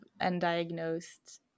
undiagnosed